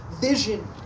vision